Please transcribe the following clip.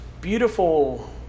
beautiful